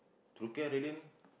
True Care Radiant